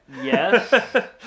Yes